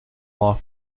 law